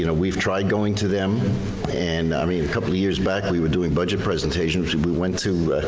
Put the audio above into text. you know we've tried going to them and i mean, a couple years back we were doing budget presentations, we went to,